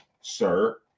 sir